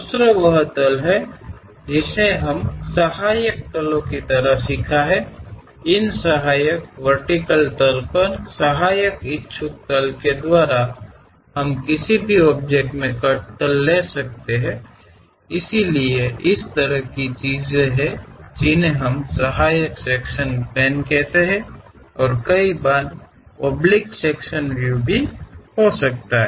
दूसरा वह तल है जिसे हमने सहायक तलो की तरह सीखा है इन सहायक वर्टिकल तल पर सहायक इच्छुक तल के द्वारा भी हम ऑब्जेक्ट मे कट ले सकते हैं इसलिए इस तरह की चीजें हैं जिन्हें हम सहायक सेक्शन प्लेन कहते हैं और कई बार ओबलिक सेक्शन व्यू भी हो शकता हैं